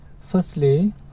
Firstly